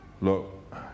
Look